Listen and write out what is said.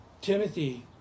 Timothy